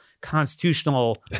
constitutional